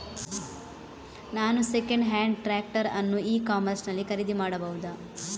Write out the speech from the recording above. ನಾನು second hand tractor ಅನ್ನು e commerce ನಲ್ಲಿ ಖರೀದಿ ಮಾಡಬಹುದಾ?